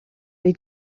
they